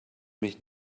mich